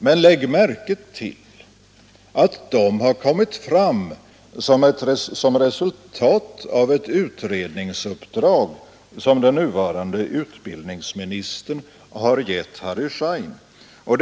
Men lägg märke till att de har kommit fram som resultat av ett utredningsuppdrag, som den nuvarande utbildningsministern har gett Harry Schein.